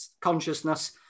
consciousness